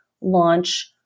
launch